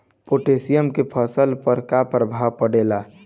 Potassium के फसल पर का प्रभाव पड़ेला?